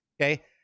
Okay